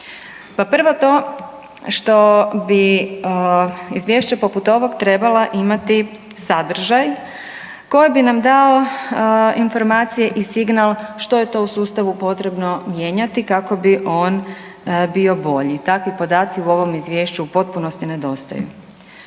prvo to što bi izvješće poput ovog trebala imati sadržaj koji bi nam dao informacije i signal što je to u sustavu potrebno mijenjati kako bi on bio bolji. Takvi podaci u ovom izvješću u potpunosti nedostaju.